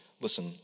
Listen